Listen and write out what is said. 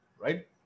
right